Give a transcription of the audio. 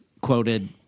quoted